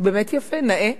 באמת יפה, נאה.